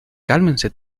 cálmense